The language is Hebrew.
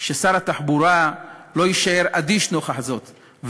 ששר התחבורה לא יישאר אדיש נוכח זאת,